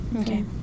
Okay